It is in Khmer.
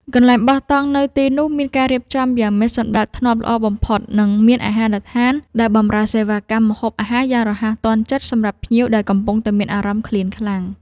កន្លែងបោះតង់នៅទីនោះមានការរៀបចំយ៉ាងមានសណ្ដាប់ធ្នាប់ល្អបំផុត និង មានអាហារដ្ឋានដែលបម្រើសេវាកម្មម្ហូបអាហារយ៉ាងរហ័សទាន់ចិត្តសម្រាប់ភ្ញៀវដែលកំពុងតែមានអារម្មណ៍ឃ្លានខ្លាំង។